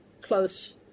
close